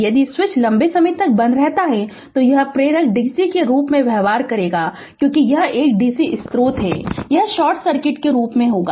यदि स्विच लंबे समय तक बंद रहता है तो यह प्रेरक dc के रूप में व्यवहार करेगा क्योंकि यह एक dc स्रोत है यह शॉर्ट सर्किट के रूप में होगा